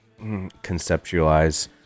conceptualize